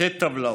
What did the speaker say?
שתי טבלאות.